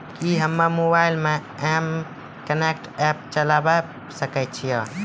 कि हम्मे मोबाइल मे एम कनेक्ट एप्प चलाबय सकै छियै?